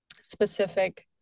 specific